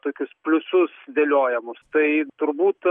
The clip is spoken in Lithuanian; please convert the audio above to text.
tokius pliusus viliojamus tai turbūt